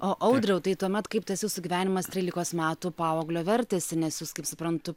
o audriau tai tuomet kaip tas jūsų gyvenimas trylikos metų paauglio vertėsi nes jūs kaip suprantu